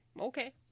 Okay